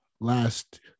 last